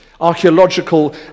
archaeological